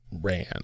ran